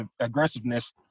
aggressiveness